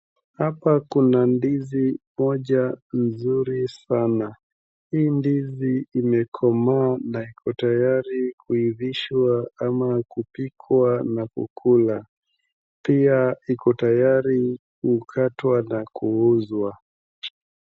Hapa kuna ndizi moja mzuri sana. Ndizi imekomaa na iko tayari kuiviishwa ama kupikwa na kukula. Pia iko tayari kukatwa na kuuzwa.